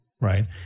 right